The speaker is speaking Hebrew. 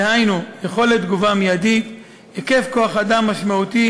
דהיינו יכולת תגובה מיידית, היקף כוח-אדם משמעותי